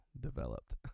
developed